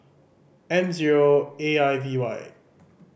M zero A I V Y